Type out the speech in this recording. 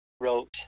wrote